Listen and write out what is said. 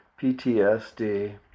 PTSD